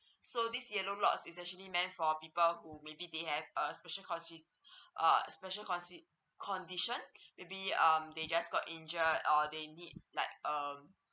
so this yellow lots is actually meant for people who maybe they have a err special concede uh special concede condition maybe um they just got injured uh they need like um